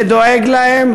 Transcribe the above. ודואג להם,